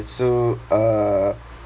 ya so uh